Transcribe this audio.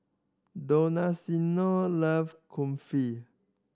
Donaciano love Kulfi